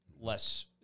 less